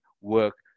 work